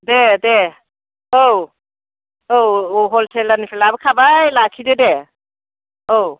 दे दे औ औ औ हलसेलारनिफ्राय लाबोखाबाय लाखिदो दे औ